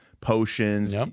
potions